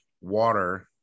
water